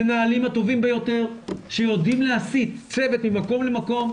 המנהלים הטובים ביותר שיודעים להסיט צוות ממקום למקום,